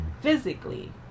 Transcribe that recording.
Physically